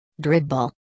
Dribble